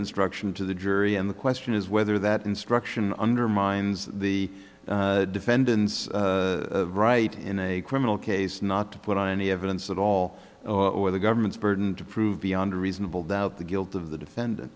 instruction to the jury and the question is whether that instruction undermines the defendant's right in a criminal case not to put on any evidence at all or the government's burden to prove beyond reasonable doubt the guilt of the defendant